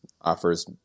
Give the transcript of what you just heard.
offers